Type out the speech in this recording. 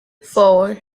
four